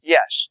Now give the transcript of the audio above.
Yes